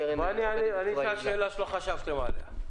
אשאל שאלה שלא חשבתם עליה.